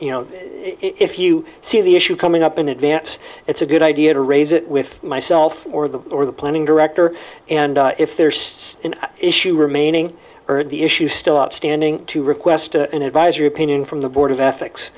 you know if you see the issue coming up in advance it's a good idea to raise it with myself or them or the planning director and if there's still an issue remaining the issue still outstanding to request an advisory opinion from the board